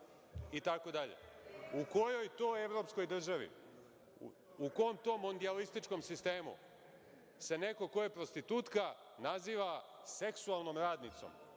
itd. U kojoj to evropskoj državi? U kom tom mondijalističkom sistemu se neko ko je prostitutka naziva seksualnom radnicom?